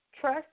trust